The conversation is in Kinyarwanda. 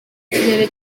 ikirere